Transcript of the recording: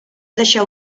deixar